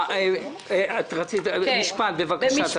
רצית להגיד משפט, בבקשה.